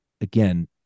again